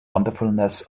wonderfulness